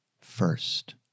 first